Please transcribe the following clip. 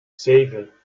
zeven